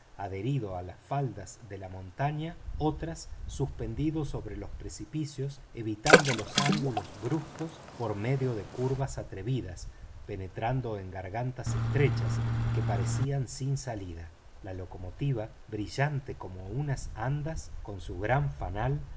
adherido a las faldas de la montaña otras suspendido sobre los precipicios evitando los ángulos bruscos por medio de curvas atrevidas penetrando en gargantas estrechas que parecían sin salida la locomotora brillante como unas andas con su gran fanal